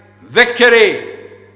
Victory